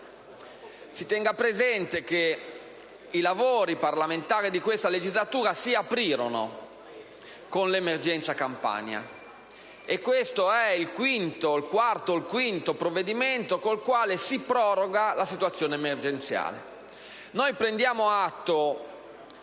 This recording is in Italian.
Si tenga presente che i lavori parlamentari di questa legislatura si aprirono con l'emergenza Campania e questo è il quarto o il quinto provvedimento con il quale si proroga la situazione emergenziale.